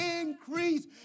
increase